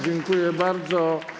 Dziękuję bardzo.